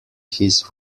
his